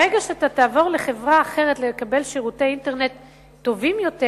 ברגע שאתה תעבור לחברה אחרת כדי לקבל שירותי אינטרנט טובים יותר,